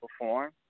perform